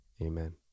Amen